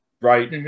right